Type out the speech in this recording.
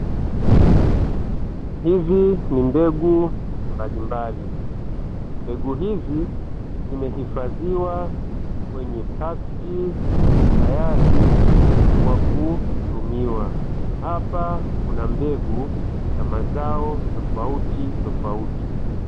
Hizi ni mbegu mbalimbali, mbegu hizi zimehifadhiwa kwenye pakiti tayari kwa kutumiwa ambapo hapa kuna mbegu za mazao tofauti tofauti.